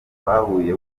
twahuye